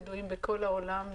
ידועים בכל העולם,